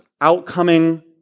outcoming